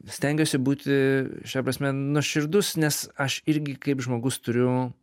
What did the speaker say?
stengiuosi būti šia prasme nuoširdus nes aš irgi kaip žmogus turiu